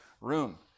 room